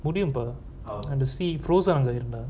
முடியும் பா அந்த:mudium paa antha sea frozen ஆ இருந்தா:aa iruntha